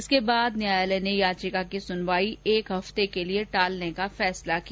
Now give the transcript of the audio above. इसके बाद न्यायालय ने याचिका की सुनवाई एक हफ्ते के लिए टालने का फैसला किया